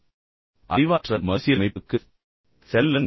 பின்னர் அறிவாற்றல் மறுசீரமைப்புக்குச் செல்லுங்கள்